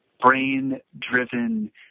brain-driven